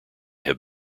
have